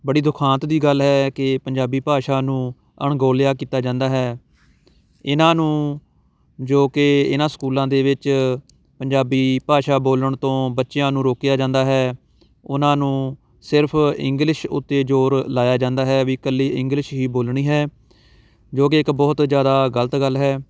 ਬੜੀ ਦੁਖਾਂਤ ਦੀ ਗੱਲ ਹੈ ਕਿ ਪੰਜਾਬੀ ਭਾਸ਼ਾ ਨੂੰ ਅਣਗੌਲਿਆ ਕੀਤਾ ਜਾਂਦਾ ਹੈ ਇਹਨਾਂ ਨੂੰ ਜੋ ਕਿ ਇਹਨਾਂ ਸਕੂਲਾਂ ਦੇ ਵਿੱਚ ਪੰਜਾਬੀ ਭਾਸ਼ਾ ਬੋਲਣ ਤੋਂ ਬੱਚਿਆਂ ਨੂੰ ਰੋਕਿਆ ਜਾਂਦਾ ਹੈ ਉਹਨਾਂ ਨੂੰ ਸਿਰਫ ਇੰਗਲਿਸ਼ ਉੱਤੇ ਜ਼ੋਰ ਲਾਇਆ ਜਾਂਦਾ ਹੈ ਵੀ ਇਕੱਲੀ ਇੰਗਲਿਸ਼ ਹੀ ਬੋਲਣੀ ਹੈ ਜੋ ਕਿ ਇੱਕ ਬਹੁਤ ਜ਼ਿਆਦਾ ਗਲਤ ਗੱਲ ਹੈ